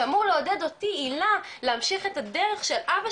שאמור לעודד אותי הילה להמשיך את הדרך של אבא